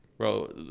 Bro